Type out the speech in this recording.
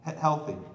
healthy